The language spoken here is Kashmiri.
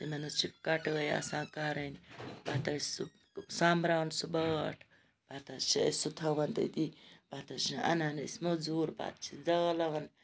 تِمَن حظ چھِ کٹٲے آسان کَرٕنۍ پَتہٕ حظ چھُ سُہ سۄمبراوُن سُہ باٹھ پَتہٕ حظ چھِ أسۍ سُہ تھاوان تٔتی پَتہٕ حظ چھِ اَنان أسۍ موٚزوٗرۍ پَتہٕ چھِ زالان